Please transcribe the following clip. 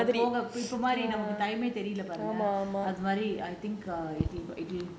everybody நமக்கு:namakku the timing தெரில பாருங்க:terila paarunga